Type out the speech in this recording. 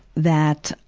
that,